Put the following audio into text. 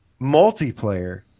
multiplayer